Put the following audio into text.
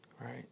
right